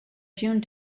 june